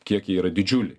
kiekiai yra didžiuliai